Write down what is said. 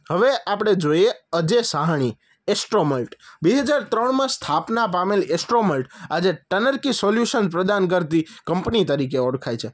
હવે આપણે જોઈએ અજય સાહાણી એસ્ટ્રોમલ્ટ બે હજાર ત્રણમાં સ્થાપના પામેલી એસ્ટ્રોમલ્ટ આજે ટનરકી સોલ્યુશન પ્રદાન કરતી કંપની તરીકે ઓળખાય છે